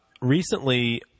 recently